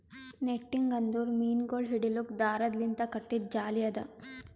netting ಅಂದುರ್ ಮೀನಗೊಳ್ ಹಿಡಿಲುಕ್ ದಾರದ್ ಲಿಂತ್ ಕಟ್ಟಿದು ಜಾಲಿ ಅದಾ